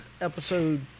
episode